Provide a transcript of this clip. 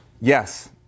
Yes